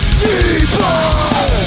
deeper